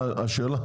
אבל השאלה,